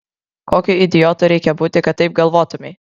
kokiu idiotu reikia būti kad taip galvotumei